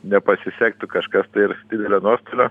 nepasisektų kažkas tai ir didelio nuostolio